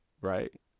right